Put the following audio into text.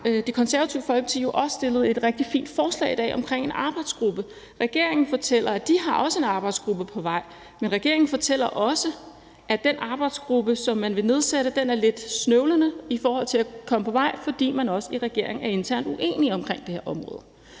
Det Konservative Folkeparti jo også fremsat et rigtig fint forslag om en arbejdsgruppe, som vi behandler her i dag. Regeringen fortæller også, at de har en arbejdsgruppe på vej, men regeringen fortæller også, at den arbejdsgruppe, som man vil nedsætte, er lidt snøvlende i forhold til at komme på vej, fordi man i regeringen internt er uenige omkring det her område.